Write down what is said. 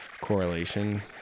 correlation